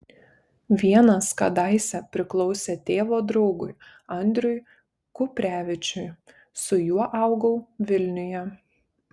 vienas kadaise priklausė tėvo draugui andriui kuprevičiui su juo augau vilniuje